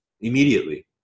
immediately